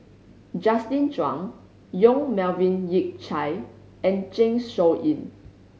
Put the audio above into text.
Justin Zhuang Yong Melvin Yik Chye and Zeng Shouyin